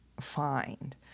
find